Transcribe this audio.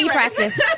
practice